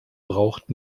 braucht